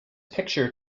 picture